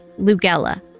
Lugella